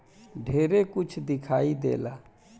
ढेरे कुछ दिखाई देला